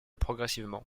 progressivement